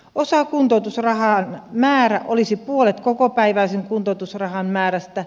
osakuntoutusrahan määrä olisi puolet kokopäiväisen kuntoutusrahan määrästä